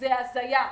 זאת הזיה.